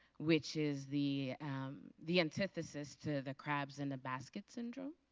which is the the antithesis to the crabs in the basket syndrome.